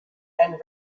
and